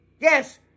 Yes